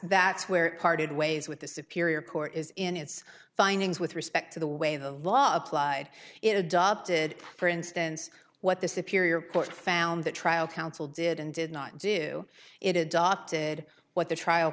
that's where it parted ways with the superior court is in its findings with respect to the way the law applied it adopted for instance what this if you're put found the trial counsel did and did not do it adopted what the trial